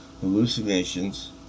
hallucinations